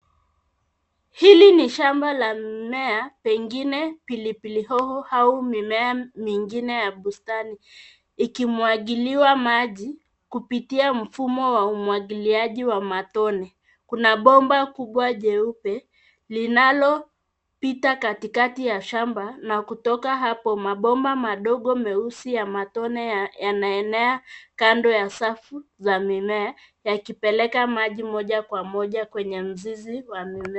Hili ni shamba la mimea pengine pilipili hoho au mimea mingine ya bustani ikimwagiliwa maji kupitia mfumo wa umwagiliaji wa matone. Kuna bomba kubwa jeupe linalopita katikati ya shamba na kutoka hapo mabomba madogo meusi ya matone yanaenea kando ya safu za mimea yakipeleka maji moja kwa moja kwenye mzizi wa mimea.